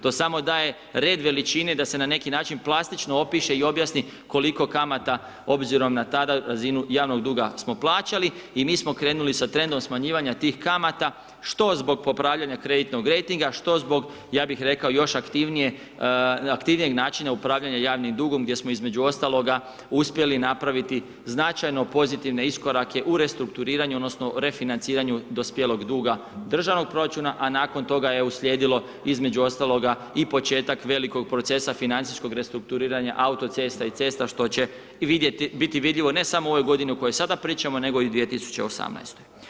To samo daje red veličine da se na neki način plastično opiše i objasni koliko kamata obzirom na tada razinu javnog duga smo plaćali i mi smo krenuli sa trendom smanjivanja tih kamata, što zbog popravljanja kreditnog rejtinga, što zbog ja bih rekao još aktivnijeg načina upravljanja javnim dugom gdje smo između ostaloga uspjeli napraviti značajno pozitivne iskorake u restrukturiranju odnosno refinanciranju dospjelog duga Držanog proračuna, a nakon toga je uslijedilo između ostaloga i početak velikog procesa financijskog restrukturiranja autocesta i cesta što će vidjeti, biti vidljivo ne samo u ovoj godinu o kojoj sada pričamo nego i 2018.